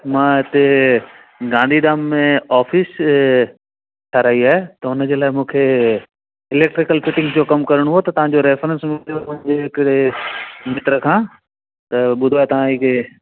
मां हिते गांधीधाम में ऑफिस ठाहिराई आहे त उन जे लाइ मूंखे इलेक्ट्रीकल फिटींग जो कमु करिणो आहे त तव्हांजो रेफरंस मिलियो मुंहिंजे हिकिड़े मित्र खां त ॿुधो आहे तव्हांजी जेके